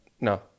no